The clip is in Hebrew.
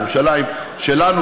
ירושלים שלנו,